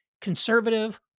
conservative